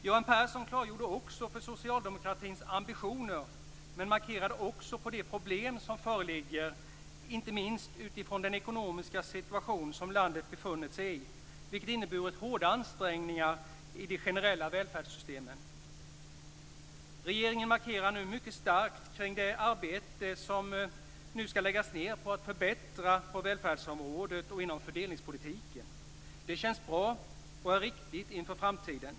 Göran Persson klargjorde också socialdemokratins ambitioner, men markerade även de problem som föreligger, inte minst utifrån den ekonomiska situation som landet befunnit sig i, vilken inneburit hårda ansträngningar i de generella välfärdssystemen. Regeringen markerar nu mycket starkt det arbete som skall läggas ned på att göra förbättringar på välfärdsområdet och inom fördelningspolitiken. Det känns bra och är riktigt inför framtiden.